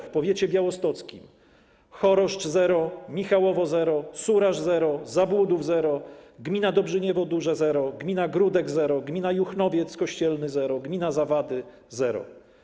W powiecie białostockim: Choroszcz - zero, Michałowo - zero, Suraż - zero, Zabłudów - zero, gmina Dobrzyniewo Duże - zero, gmina Gródek - zero, gmina Juchnowiec Kościelny - zero, gmina Zawady - zero.